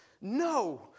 No